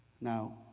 Now